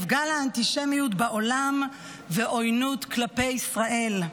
גל האנטישמיות בעולם ועוינות כלפי ישראל.